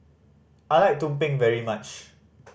I like tumpeng very much